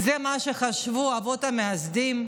זה מה שחשבו האבות המייסדים?